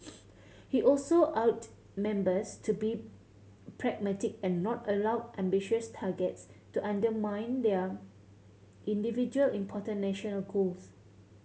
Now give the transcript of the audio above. he also urged members to be pragmatic and not allow ambitious targets to undermine their individual important national goals